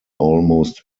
almost